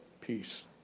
peace